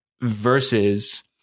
versus